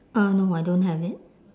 uh no I don't have it